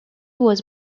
was